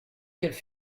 qu’elle